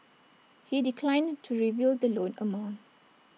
he declined to reveal the loan amount